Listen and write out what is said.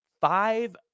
five